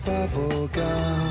Bubblegum